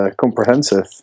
comprehensive